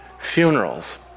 funerals